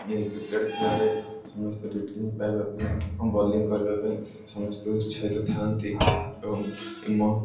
ଏହି କ୍ରିକେଟ୍ ଖେଳରେ ସମସ୍ତେ ବ୍ୟାଟିଂ ପାଇବା ପାଇଁ ଏବଂ ବୋଲିଂ କରିବା ପାଇଁ ସମସ୍ତେ ଉତ୍ସାହିତ ଥାଆନ୍ତି ଏବଂ ଆମ